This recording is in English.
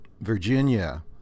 Virginia